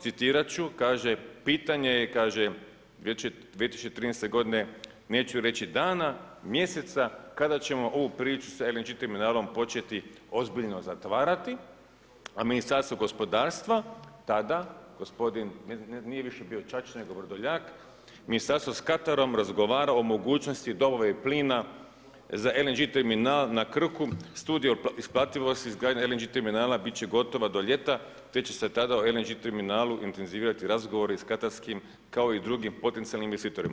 Citirat ću, kaže: Pitanje je, kaže, 2013. godine, neću reći dana, mjeseca kada ćemo ovu priču sa LNG terminalom početi ozbiljno zatvarati, a Ministarstvo gospodarstva, tada gospodin, nije više bio Čačić nego Vrdoljak, Ministarstvo s katarom razgovara o mogućnosti dovođenja plina za LNG terminal na Krku, studija isplativosti izgradnje LNG terminala biti će gotova do ljeta, te će se tada o LNG terminalu intenzivirati razgovori s Katarskim, kao i drugim potencijalnim investitorima.